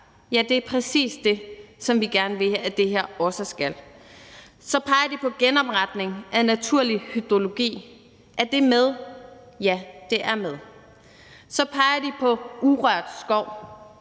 Ja, det er præcis det, som vi gerne vil at det her også skal være. Så peger de på genopretning af naturlig hydrologi. Er det med? Ja, det er med. Så peger de på urørt skov.